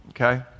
okay